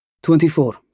Twenty-four